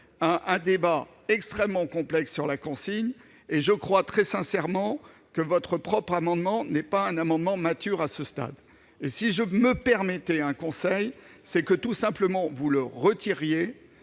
un débat extrêmement complexe sur la consigne, et je crois très sincèrement que votre propre amendement n'est pas mature à ce stade. Si je peux me permettre un conseil, vous devriez tout simplement le retirer.